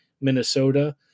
Minnesota